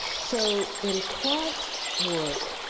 so, in clarke's work,